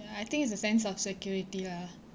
ya I think it's a sense of security lah